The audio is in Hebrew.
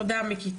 תודה מיקי,